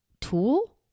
tool